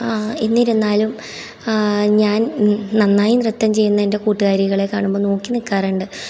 എന്നിരുന്നാലും ഞാൻ നന്നായി നൃത്തം ചെയ്യുന്ന എൻ്റെ കൂട്ടുകാരികളെ കാണുമ്പോൾ നോക്കി നിൽക്കാറുണ്ട്